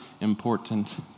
important